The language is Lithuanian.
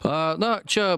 a na čia